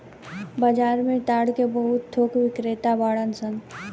बाजार में ताड़ के बहुत थोक बिक्रेता बाड़न सन